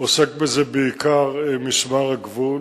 עוסק בזה בעיקר משמר הגבול.